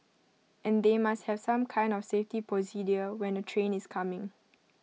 and they must have some kind of safety procedure when A train is coming